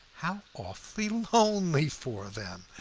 how awfully lonely for them!